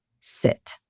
sit